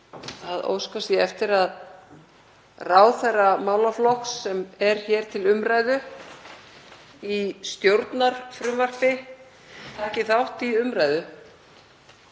að óskað sé eftir að ráðherra málaflokks, sem er hér til umræðu í stjórnarfrumvarpi, taki þátt í umræðu.